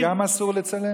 וגם להם אסור לצלם?